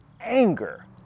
anger